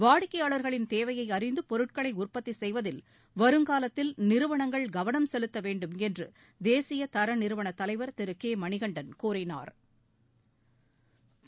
வாடிக்கையாளர்களின் தேவையை அறிந்து பொருட்களை உற்பத்தி செய்வதில் வருங்காலத்தில் நிறுவனங்கள் கவளம் செலுத்த வேண்டும் என்று தேசிய தர நிறுவனத் தலைவர் திரு கே மணிகண்டன் கூறினா்